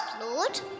Lord